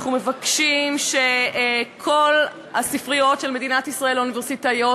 אנחנו מבקשים שכל הספריות האוניברסיטאיות